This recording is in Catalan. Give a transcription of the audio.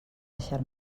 deixar